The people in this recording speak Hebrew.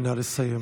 נא לסיים.